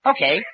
Okay